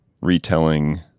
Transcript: retelling